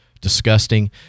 disgusting